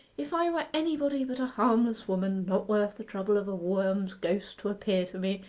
if i were anybody but a harmless woman, not worth the trouble of a worm's ghost to appear to me,